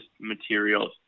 materials